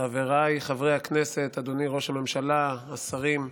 חבריי חברי הכנסת, אדוני ראש הממשלה, השרים,